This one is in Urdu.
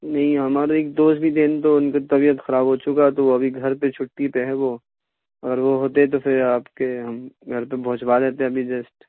نہیں ہمارے ایک دوست بھی تو ان کی طبیعت خراب ہو چکا تو وہ ابھی گھر پہ چھٹی پہ ہیں وہ اگر وہ ہوتے تو پھر آپ کے ہم گھر پہ پہنچوا دیتے ابھی جسٹ